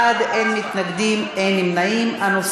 מי בעד, מי נגד, נא להצביע.